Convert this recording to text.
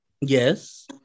Yes